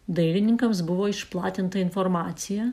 dailininkams buvo išplatinta informacija